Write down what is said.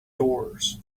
doors